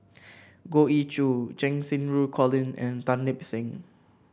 Goh Ee Choo Cheng Xinru Colin and Tan Lip Seng